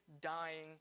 dying